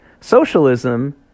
Socialism